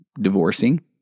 divorcing